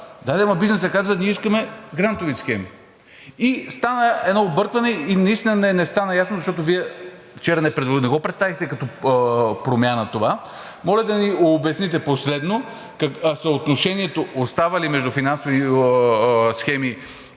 Да де, но бизнесът казва: „Ние искаме грантови схеми.“ Стана едно объркване и наистина не стана ясно, защото Вие вчера не го представихте като промяна това. Моля да ни обясните последно – съотношението остава ли между финансови